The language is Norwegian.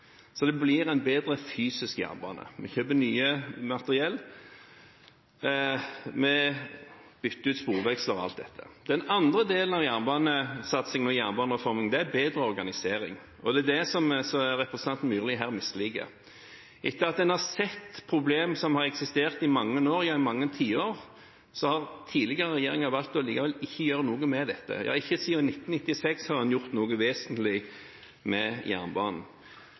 Det blir en bedre fysisk jernbane – vi kjøper nytt materiell, vi bytter ut sporveksler, osv. Den andre delen av jernbanesatsingen og jernbanereformen er bedre organisering, og det er det representanten Myrli her misliker. Etter å ha sett problemer som har eksistert i mange år, gjennom mange tiår, har tidligere regjeringer likevel valgt ikke å gjøre noe med dette – nei, ikke siden 1996 har en gjort noe vesentlig med jernbanen.